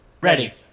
Ready